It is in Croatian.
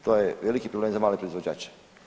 To je veliki problem za male proizvođače.